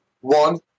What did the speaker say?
one